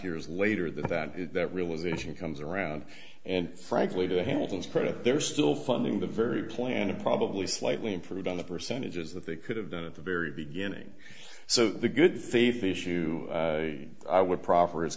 years later that that realization comes around and frankly the hamiltons credit they're still funding the very plan and probably slightly improved on the percentages that they could have done at the very beginning so the good faith issue i would proffer is